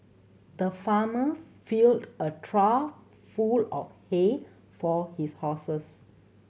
the farmer filled a trough full of hay for his horses